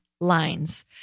lines